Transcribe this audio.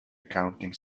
accounting